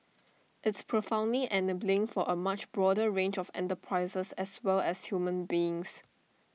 it's profoundly enabling for A much broader range of enterprises as well as human beings